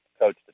coach